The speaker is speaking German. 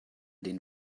den